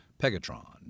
Pegatron